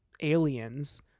aliens